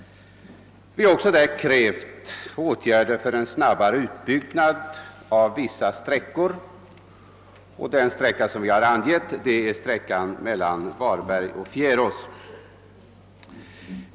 Vi har också i motionen krävt åtgärder för en snabbare utbyggnad av en viss sträcka. Den sträcka det gäller är sträckan mellan Varberg och Fjärås.